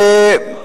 אתה אומר.